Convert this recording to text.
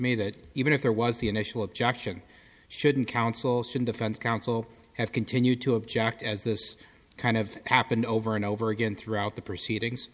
me that even if there was the initial objection shouldn't counsel should defense counsel have continued to object as this kind of thing happened over and over again throughout the proceedings